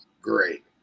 Great